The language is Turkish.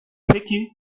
peki